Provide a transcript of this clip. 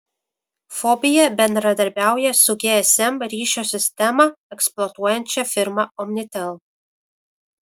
fobija bendradarbiauja su gsm ryšio sistemą eksploatuojančia firma omnitel